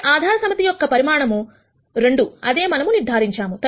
అంటే ఆధార సమితి యొక్క పరిమాణము 2 అదే మనము నిర్ధారించాము